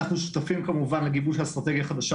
אנחנו שותפים לגיבוש אסטרטגיה חדשה